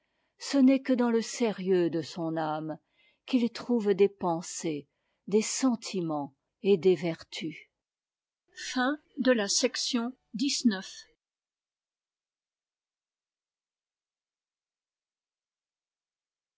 ce n'est que dans le sérieux de son âme qu'il trouve des pensées des sentiments et des vertus chapitre xix